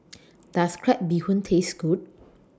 Does Crab Bee Hoon Taste Good